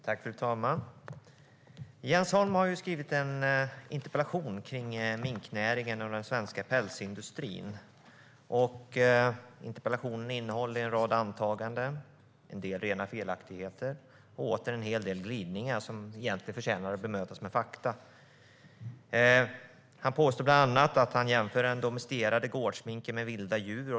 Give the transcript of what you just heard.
Fru talman! Jens Holm har skrivit en interpellation om minknäringen och den svenska pälsindustrin. Interpellationen innehåller en rad antaganden, en del rena felaktigheter, och en del glidningar som egentligen inte förtjänar att bemötas med fakta. Han påstår bland annat att det går jämföra den domesticerade gårdsminken med vilda djur.